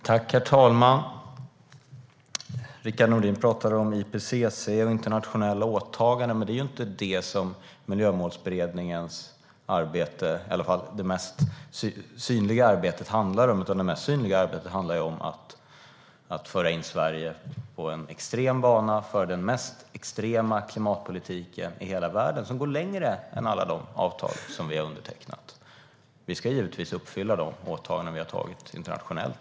Herr talman! Rickard Nordin talar om IPCC och internationella åtaganden, men det är inte det som Miljömålsberedningens mest synliga arbete handlar om. Dess mest synliga arbete handlar ju om att föra in Sverige på en extrem bana med den mest extrema klimatpolitiken i hela världen. Den går längre än alla de avtal som vi har undertecknat. Vi ska givetvis uppfylla de åtaganden vi gjort internationellt.